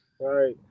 Right